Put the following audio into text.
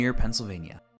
Pennsylvania